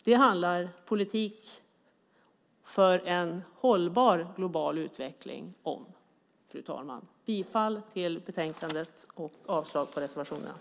Det handlar politik för en hållbar global utveckling om, fru talman. Jag yrkar bifall till förslaget i utskottets betänkande och avslag på reservationerna.